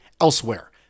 elsewhere